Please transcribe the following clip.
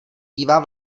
bývá